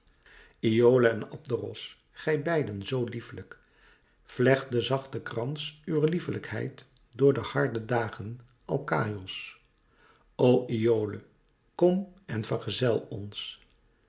iole en abderos gij beiden zoo lieflijk vlecht den zachten krans uwer lieflijkheid door de harde dagen alkaïos o iole kom en verzel ons